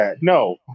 No